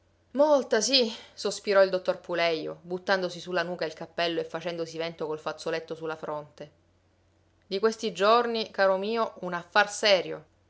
molta sì sospirò il dottor pulejo buttandosi su la nuca il cappello e facendosi vento col fazzoletto su la fronte di questi giorni caro mio un affar serio